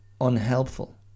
unhelpful